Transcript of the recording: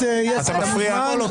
אתה מפריע,